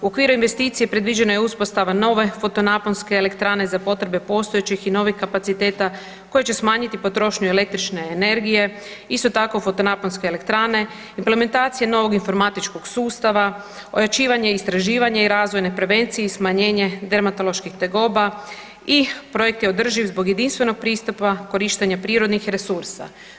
U okviru investicije predviđena je uspostava nove fotonaponske elektrane za potrebe postojećih i novih kapaciteta koje će smanjiti potrošnju električne energije, isto tako fotonaponske elektrane, implementacije novog informatičkog sustava, ojačivanje, istraživanje i razvoj na prevenciji, smanjenje dermatoloških tegoba i projekt je održiv zbog jedinstvenog pristupa korištenja prirodnih resursa.